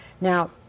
now